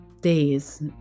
days